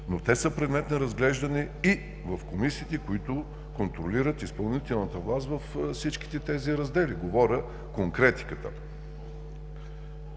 Но те са предмет на разглеждане и в комисиите, които контролират изпълнителната власт във всичките тези раздели, говоря за конкретиката.